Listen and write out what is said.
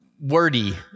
wordy